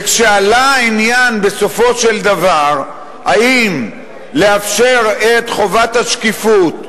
וכשעלה העניין בסופו של דבר אם לאפשר את חובת השקיפות,